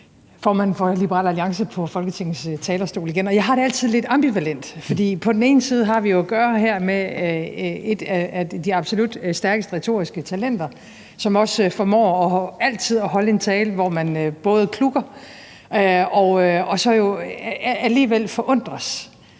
formanden for Liberal Alliance på Folketingets talerstol igen. Jeg har det altid lidt ambivalent, for vi har her at gøre med et af de absolut stærkeste retoriske talenter, som også formår altid at holde en tale, hvor man både klukker og så alligevel forundres